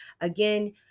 Again